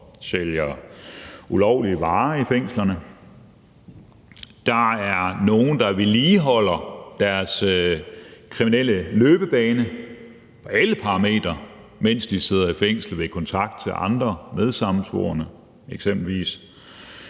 og sælger ulovlige varer i fængslerne. Der er nogle, der vedligeholder deres kriminelle løbebane på alle parametre, mens de sidder i fængsel, eksempelvis via kontakt til andre medsammensvorne. Så helt